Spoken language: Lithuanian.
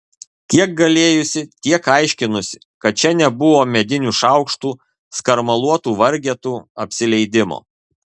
kiek galėjusi tiek aiškinusi kad čia nebuvo medinių šaukštų skarmaluotų vargetų apsileidimo